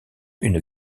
une